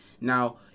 now